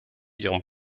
ihren